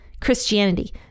Christianity